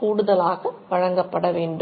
கூடுதலாக வழங்கப்பட வேண்டும்